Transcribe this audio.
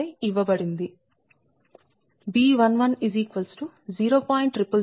175 ఇవ్వబడింది B11 0